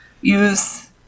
use